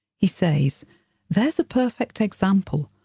he says there's a perfect example.